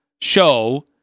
show